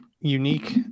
unique